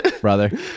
Brother